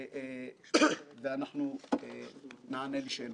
אם אני כבר מדברת בקול רם אני לא יכולה להימנע